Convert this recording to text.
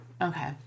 Okay